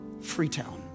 Freetown